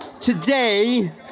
today